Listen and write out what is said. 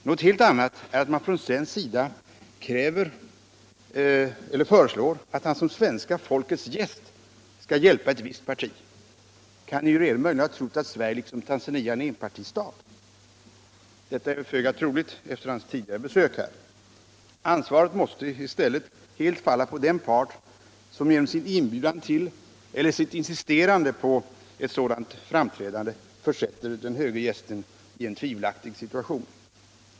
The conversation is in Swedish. Något helt annat är att man från svensk sida föreslår att han som svenska folkets gäst skall hjälpa ett visst parti. Kan Nyerere möjligen ha trott att Sverige liksom Tanzania är en enpartistat? Detta är föga troligt efter hans tidigare besök här. Ansvaret måste i stället helt falla på den part som genom sin inbjudan till eller sitt insisterande på ett sådant framträdande försätter den höge gästen i en tvivelaktig situation.